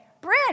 Brent